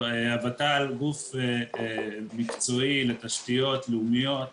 הות"ל הוא גוף מקצועי לתשתיות לאומיות,